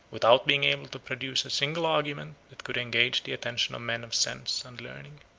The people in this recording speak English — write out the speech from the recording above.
without being able to produce a single argument that could engage the attention of men of sense and learning.